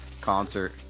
concert